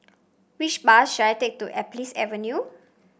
which bus should I take to Alps Avenue